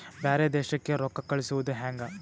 ಬ್ಯಾರೆ ದೇಶಕ್ಕೆ ರೊಕ್ಕ ಕಳಿಸುವುದು ಹ್ಯಾಂಗ?